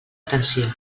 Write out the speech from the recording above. atenció